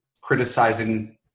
criticizing